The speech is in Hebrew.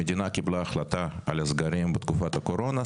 המדינה קיבלה החלטה על הסגרים בתקופת הקורונה,